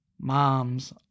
mom's